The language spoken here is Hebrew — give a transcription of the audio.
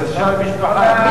זה שם המשפחה.